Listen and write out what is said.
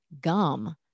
gum